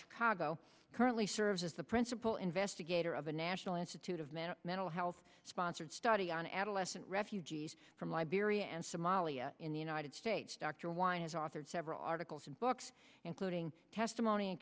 chicago currently serves as the principal investigator of the national institute of man mental health sponsored study on adolescent refugees from liberia and somalia in the united states dr y has authored several articles and books including testimony